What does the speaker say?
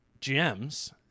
gms